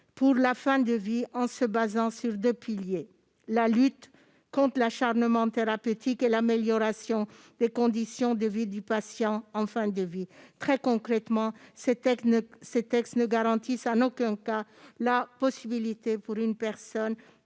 de la fin de vie, en se fondant sur deux piliers : la lutte conte l'acharnement thérapeutique et l'amélioration des conditions de vie du patient en fin de vie. Très concrètement, ces textes ne garantissent en aucun cas la possibilité pour une personne